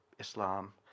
Islam